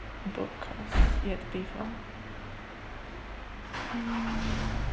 book course yet to be found mm